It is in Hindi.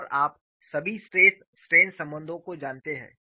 और आप सभी स्ट्रेस स्ट्रेन संबंधों को जानते हैं